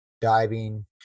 diving